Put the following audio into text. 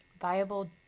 viable